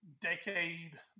decade